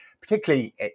particularly